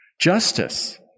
Justice